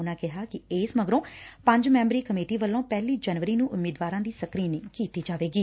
ਉਨੂਂ ਕਿਹਾ ਕਿ ਇਸ ਮਗਰੋ ਪੰਜ ਮੈਬਰੀ ਕਮੇਟੀ ਵੱਲੋ ਪਹਿਲੀ ਜਨਵਰੀ ਨੂੰ ਉਮੀਦਵਾਰਾ ਦੀ ਸਕਰੀਨਿੰਗ ਕੀਤੀ ਜਾਵੇਗੀ